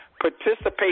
Participate